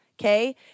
okay